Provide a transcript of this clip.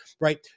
right